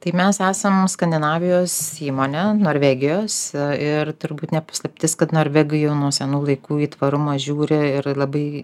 tai mes esam skandinavijos įmonė norvegijos ir turbūt ne paslaptis kad norvegai jau nuo senų laikų į tvarumą žiūri ir labai